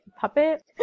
puppet